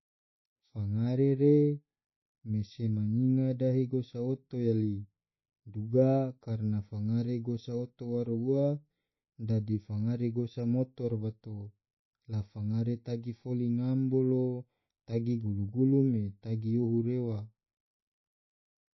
Fangare re me sema nyinga dahe oto yali, duga karana fangare gosa oto waro ua dadi fangare gosa motot bato, la fangare tagi foli ngam bolo tagi gulu-gulu me tagi yoho rewa.